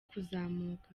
kuzamuka